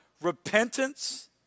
Repentance